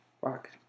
Fuck